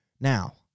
Now